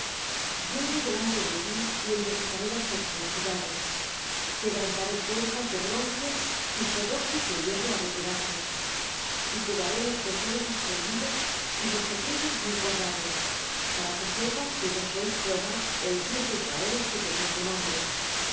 yo iré delante de ti y enderezaré las tortuosidades quebrantaré puertas de bronce y cerrojos de hierro haré pedazos y te daré los tesoros escondidos y los secretos muy guardados para que sepas que yo soy jehová el dios de israel que te pongo nombre